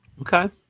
Okay